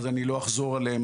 אז אני לא אחזור עליהם.